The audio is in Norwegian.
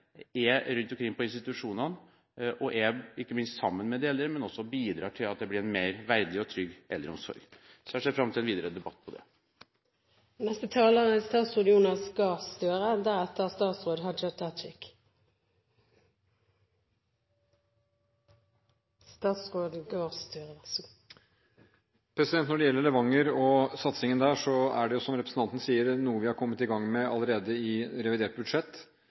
er rundt omkring på institusjonene og – ikke minst – er sammen med de eldre, men også bidrar til at det blir en mer verdig og trygg eldreomsorg. Så jeg ser fram til en videre debatt om det. Når det gjelder Levanger og satsingen der, er det jo – som representanten sier – noe vi er kommet i gang med allerede i revidert budsjett.